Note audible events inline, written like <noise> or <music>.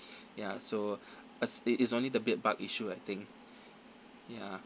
<noise> ya so as~ it's it's only the bedbug issue I think ya